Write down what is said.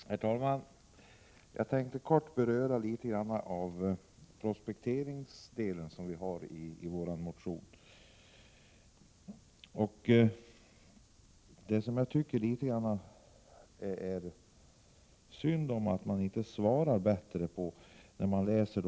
Herr talman! Jag tänkte kort beröra vpk:s motion om prospektering. Jag tycker att det är synd att man i utskottsbetänkandet inte besvarar vår motion bättre.